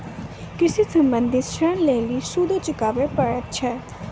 कृषि संबंधी ॠण के लेल सूदो चुकावे पड़त छै?